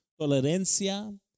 tolerancia